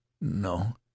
no